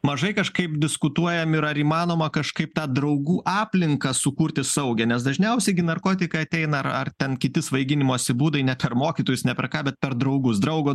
mažai kažkaip diskutuojam ir ar įmanoma kažkaip tą draugų aplinką sukurti saugią nes dažniausiai gi narkotikai ateina ar ar ten kiti svaiginimosi būdai ne per mokytojus ne per ką bet per draugus draugo